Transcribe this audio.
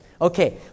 Okay